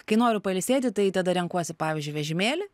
kai noriu pailsėti tai tada renkuosi pavyzdžiui vežimėlį